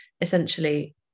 essentially